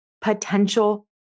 potential